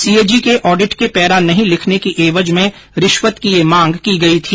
CAG के audit के para नहीं लिखने की एवज में रिश्वत की मांग की गई थी